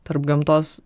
tarp gamtos